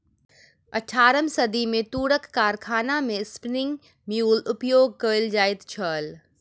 अट्ठारम सदी मे तूरक कारखाना मे स्पिन्निंग म्यूल उपयोग कयल जाइत छल